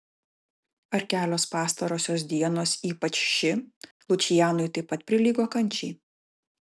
ar kelios pastarosios dienos ypač ši lučianui taip pat prilygo kančiai